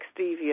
stevia